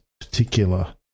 particular